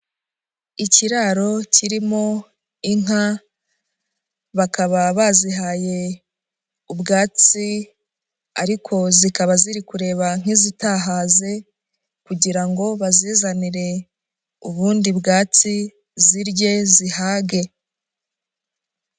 Ikiraro kirimo inka, bakaba bazihaye ubwatsi ariko zikaba ziri kureba nk'izitahaze kugira ngo bazizanire ubundi bwatsi zirye zihage.